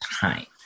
time